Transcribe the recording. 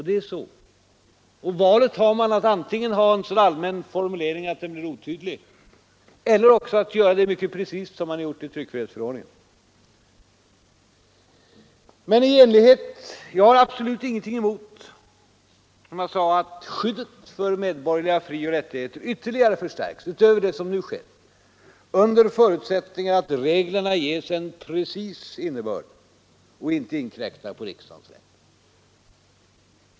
Det är så. Man står inför valet att antingen ha en så allmän formulering att den blir otydlig eller också göra formuleringen mycket precis, som man gjort i tryckfrihetsförordningen. Jag har, som jag sade, absolut ingenting emot att skyddet för medborgerliga frioch rättigheter ytterligare förstärks, utöver det som nu sker, under förutsättning att reglerna ges en precis innebörd och inte inkräktar på riksdagens rätt.